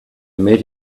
met